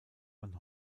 man